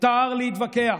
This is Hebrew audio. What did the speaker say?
מותר להתווכח,